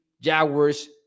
Jaguars